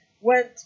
went